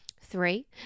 three